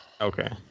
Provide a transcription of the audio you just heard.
Okay